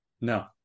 No